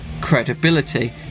credibility